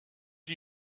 are